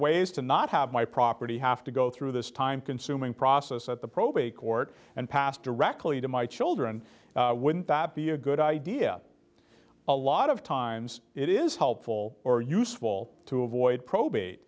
ways to not have my property have to go through this time consuming process at the probate court and pass directly to my children wouldn't that be a good idea a lot of times it is helpful or useful to avoid probate